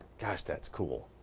gosh, that's cool.